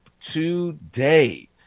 today